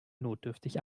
notdürftig